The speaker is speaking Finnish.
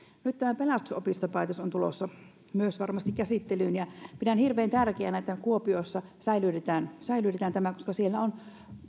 nyt tämä pelastusopisto päätös on tulossa varmasti myös käsittelyyn ja pidän hirveän tärkeänä että kuopiossa säilytetään tämä koska siellä on